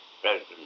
president